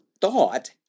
thought